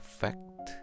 fact